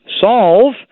solve